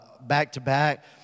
back-to-back